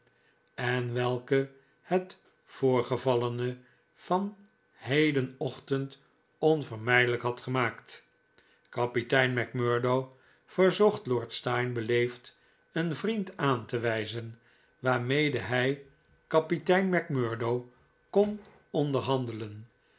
en welke het voorgevallene van hedenochtend onvermijdelijk had gemaakt kapitein macmurdo verzocht lord steyne beleefd een vriend aan te wijzen waarmede hij kapitein macmurdo kon onderhandelen